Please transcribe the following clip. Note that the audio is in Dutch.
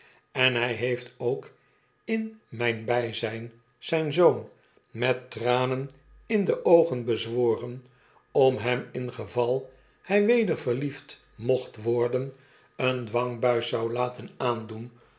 en hij heeft ook in myn byzyn zijn zoon met tranen in de oogen bezworen om hemingeval hy weder verliefd mocht worden een dwangbuis zou laten aandoen